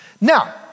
Now